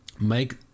make